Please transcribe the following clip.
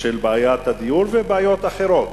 של בעיית הדיור ובעיות אחרות.